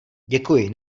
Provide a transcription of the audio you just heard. děkuji